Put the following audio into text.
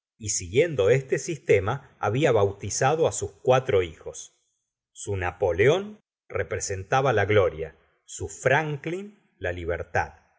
y siguiendo este sistema habla bautizado é sus cuatro hijos su napoleón representaba la gloria su franklin la libertad